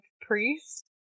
Priest